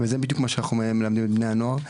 וזה בדיוק מה שאנחנו מלמדים את בני הנוער.